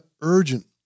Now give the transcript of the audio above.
urgent